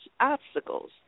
obstacles